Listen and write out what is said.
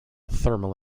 thermal